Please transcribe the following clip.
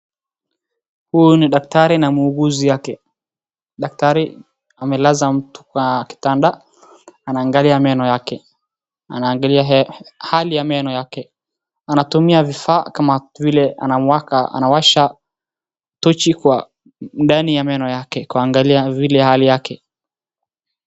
Huyu ni daktari na muuguzi yake. Daktari amelaza mtu kwa kitanda anaangalia meno yake, anaangalia hali ya meno yake. Anatumia vifaa kama vile anawasha tochi kwa ndani ya meno yake kuangalai vile hali yake.